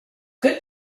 good